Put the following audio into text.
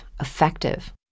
effective